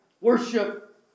Worship